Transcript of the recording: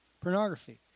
pornography